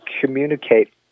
communicate